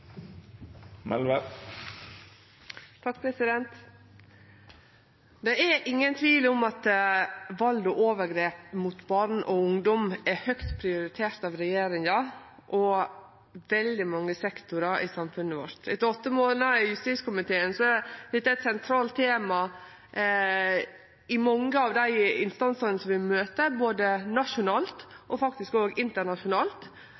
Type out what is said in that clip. Det er ingen tvil om at vald og overgrep mot barn og ungdom er høgt prioritert av regjeringa og av veldig mange sektorar i samfunnet vårt. Etter åtte månader i justiskomiteen ser eg at dette er eit sentralt tema i mange av dei instansane som vi møter, både